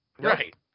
Right